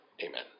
amen